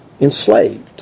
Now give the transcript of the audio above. enslaved